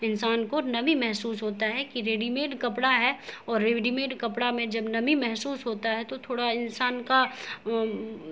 انسان کو نمی محسوس ہوتا ہے کہ ریڈی میڈ کپڑا ہے اور ریڈی میڈ کپڑا میں جب نمی محسوس ہوتا ہے تو تھوڑا انسان کا